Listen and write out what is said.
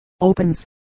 opens